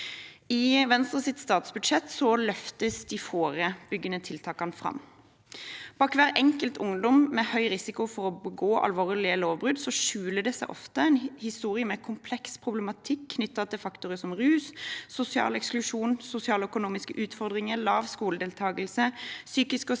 I Venstres alternative statsbudsjett løftes de forebyggende tiltakene fram. Bak hver enkelt ungdom med høy risiko for å begå alvorlige lovbrudd skjuler det seg ofte en historie med kompleks problematikk knyttet til faktorer som rus, sosial eksklusjon, sosioøkonomiske utfordringer, lav skoledeltakelse, psykiske og fysiske